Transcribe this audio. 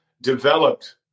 developed